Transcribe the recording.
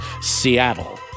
Seattle